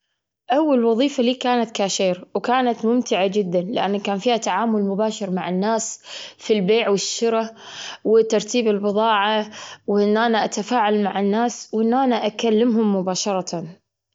حاليا، أنا ما أشتغل، بس كنت أحب شغلي لما كنت أشتغل. حاليًا، أنا قاعد تشذي بس أحفظ قرآن، و أكون أول معلم قرآن.